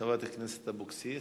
חברת הכנסת אבקסיס,